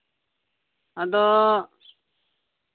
ᱟᱫᱚ